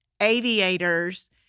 aviators